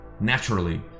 naturally